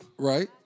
Right